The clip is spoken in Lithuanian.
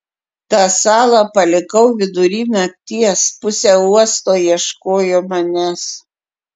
tą salą palikau vidury nakties pusė uosto ieškojo manęs